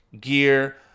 gear